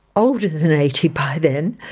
older than eighty by then,